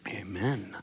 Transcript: Amen